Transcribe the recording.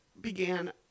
began